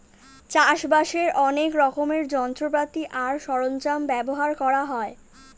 চাষবাসের অনেক রকমের যন্ত্রপাতি আর সরঞ্জাম ব্যবহার করা হয়